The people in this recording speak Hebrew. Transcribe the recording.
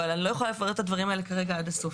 אני לא יכולה לפרט את הדברים האלה כרגע עד הסוף.